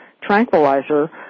tranquilizer